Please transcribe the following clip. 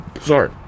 sorry